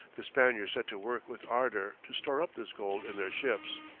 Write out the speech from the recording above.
the spaniards set to work with ardour to store up this gold in their ships.